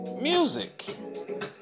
Music